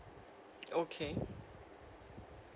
okay